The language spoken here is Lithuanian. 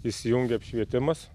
įsijungia apšvietimas